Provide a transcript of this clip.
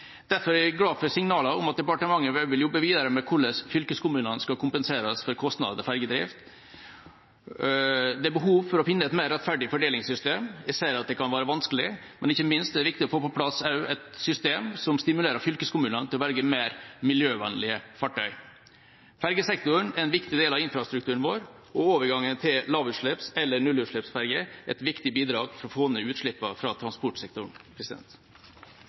Derfor er jeg glad for signaler om at departementet vil jobbe videre med hvordan fylkeskommunene skal kompenseres for kostnadene med fergedrift. Det er behov for å finne et mer rettferdig fordelingssystem. Jeg ser at det kan være vanskelig, men ikke minst er det også viktig å få på plass et system som stimulerer fylkeskommunene til å velge mer miljøvennlige fartøy. Fergesektoren er en viktig del av infrastrukturen vår, og overgangen til lavutslipps- eller nullutslippsferger er et viktig bidrag for å få ned utslippene fra transportsektoren.